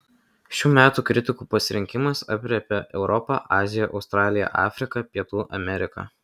šių metų kritikų pasirinkimas aprėpia europą aziją australiją afriką pietų ameriką